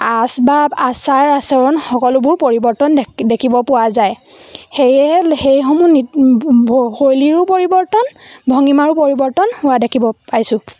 আচবাব আচাৰ আচৰণ সকলোবোৰ পৰিৱৰ্তন দেখিব পোৱা যায় সেয়ে সেইসমূহ শৈলীৰো পৰিৱৰ্তন ভংগিমাৰো পৰিৱৰ্তন হোৱা দেখিব পাইছোঁ